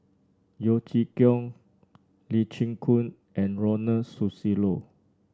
Yeo Chee Kiong Lee Chin Koon and Ronald Susilo